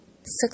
six